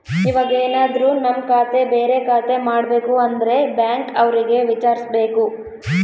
ಇವಾಗೆನದ್ರು ನಮ್ ಖಾತೆ ಬೇರೆ ಖಾತೆ ಮಾಡ್ಬೇಕು ಅಂದ್ರೆ ಬ್ಯಾಂಕ್ ಅವ್ರಿಗೆ ವಿಚಾರ್ಸ್ಬೇಕು